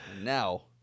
Now